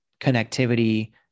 connectivity